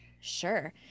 Sure